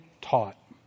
taught